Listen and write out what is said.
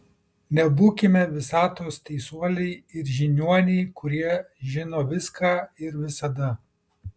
nebūkime visatos teisuoliai ir žiniuoniai kurie žino viską ir visada